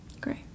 Great